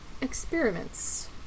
experiments